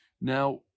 Now